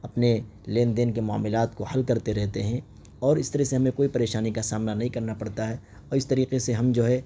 اپنے لین دین کے معاملات کو حل کرتے رہتے ہیں اور اس طرح سے ہمیں کوئی پریشانی کا سامنا نہیں کرنا پڑتا ہے اور اس طریقے سے ہم جو ہے